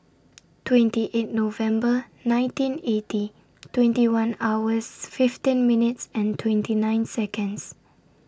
twenty eight November nineteen eighty twenty one hours fifteen minutes and twenty nine Seconds